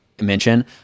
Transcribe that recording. mention